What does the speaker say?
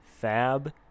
fab